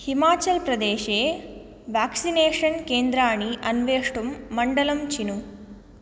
हिमाचलप्रदेशे व्याक्सिनेषन् केन्द्राणि अन्वेष्टुं मण्डलं चिनु